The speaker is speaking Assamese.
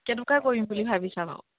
কেনেকুৱা কৰিম বুলি ভাবিছা বাৰু